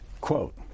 Quote